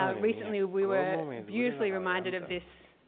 ah recently we were beautifully reminded of this